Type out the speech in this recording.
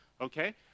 Okay